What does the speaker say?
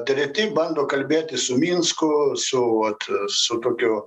treti bando kalbėtis su minsku su vat su tokiu